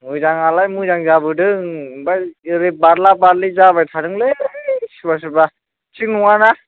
मोजाङालाय मोजां जाबोदों आमफाय ओरै बार्ला बार्लि जाबाय थादोंलै सोरबा सोरबा थिग नङा ना